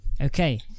okay